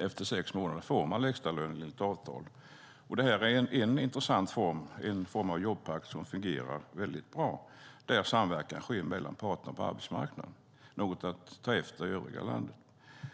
Efter sex månader får de lägsta lön enligt avtal. Detta är en intressant form av jobbpakt som fungerar bra och där samverkan sker mellan parterna på arbetsmarknaden. Det är något att ta efter i övriga landet.